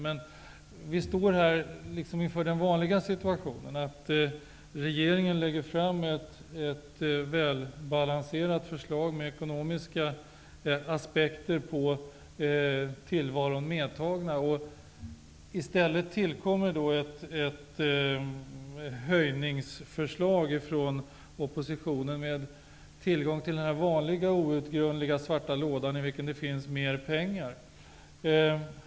Men vi står här i den vanliga situationen att regeringen lägger fram ett väl balanserat förslag, där ekonomiska aspekter har vägts in, och att oppositionen, med tillgång till mer pengar ur den outgrundliga svarta lådan, lägger fram ett höjningsförslag.